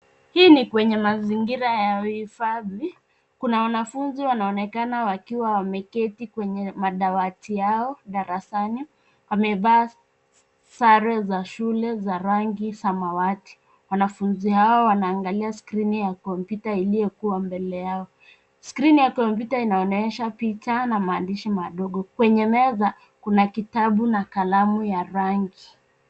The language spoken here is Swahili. Hii ni kwenye mazingira ya uhifadhi. Kuna wanafunzi wanaonekana wakiwa wameketi kwenye madawati yao darasani. Wamevaa sare za shule za rangi samawati. Wanafunzi hawa wanaangalia skrini ya kompyuta iliyokuwa mbele yao. Skrini ya kompyuta inaonyesha picha na maandishi madogo. Kwenye meza kuna kitabu na kalamu ya rangi.